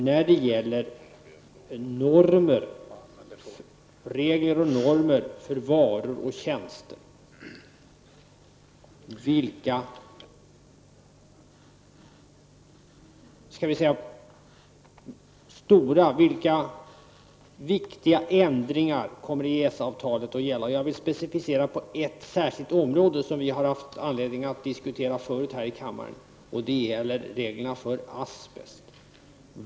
När det gäller regler och normer för varor och tjänster: Vilka viktiga ändringar kommer EES avtalet att gälla? Jag vill specificera på ett särskilt område som vi haft anledning att diskutera förut här i kammaren. Det gäller reglerna för asbest.